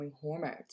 hormones